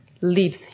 leaves